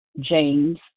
James